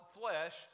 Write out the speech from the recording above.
flesh